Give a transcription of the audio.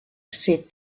said